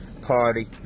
Party